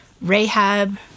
Rahab